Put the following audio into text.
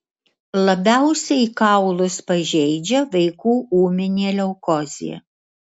labiausiai kaulus pažeidžia vaikų ūminė leukozė